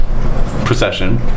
procession